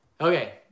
Okay